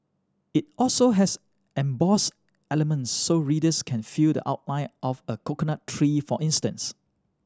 it also has embossed elements so readers can feel the outline of a coconut tree for instance